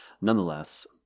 nonetheless